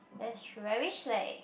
that's true I wish like